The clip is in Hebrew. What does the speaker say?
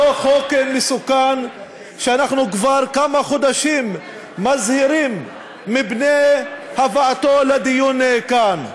אותו חוק מסוכן שאנחנו כבר כמה חודשים מזהירים מפני הבאתו לדיון כאן.